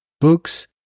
books